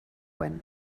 when